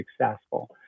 successful